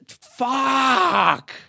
Fuck